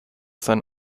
sein